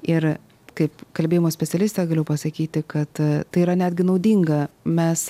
ir kaip kalbėjimo specialistė galiu pasakyti kad tai yra netgi naudinga mes